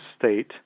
state